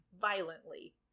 Violently